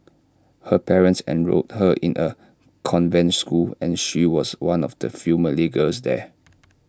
her parents enrolled her in A convent school and she was one of the few Malay girls there